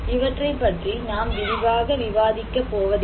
இவற்றைப் பற்றி நாம் விரிவாக விவாதிக்கப் போவதில்லை